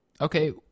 Okay